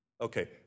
Okay